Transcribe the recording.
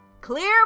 Clear